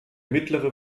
mittlere